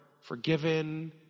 forgiven